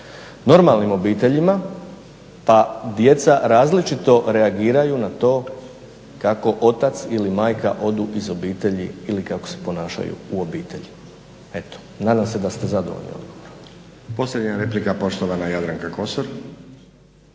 normalnim obiteljima pa djeca različito reagiraju na to kako otac ili majka odu iz obitelji ili kako se ponašaju u obitelji. Eto, nadam se da ste zadovoljni. **Stazić, Nenad (SDP)** Posljednja replika poštovana Jadranka Kosor.